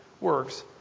works